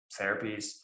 therapies